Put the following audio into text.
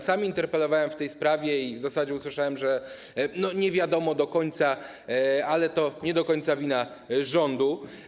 Sam interpelowałem w tej sprawie i w zasadzie usłyszałem, że nie wiadomo do końca, że to nie do końca wina rządu.